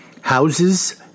Houses